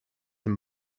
and